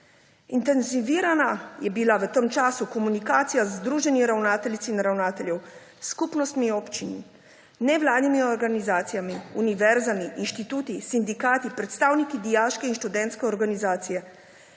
intenzivirana v komunikacija z združenji ravnateljic in ravnateljev, s skupnostmi občin, nevladnimi organizacijami, inštituti, sindikati, predstavniki dijaške in študentske organizacije,